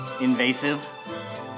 invasive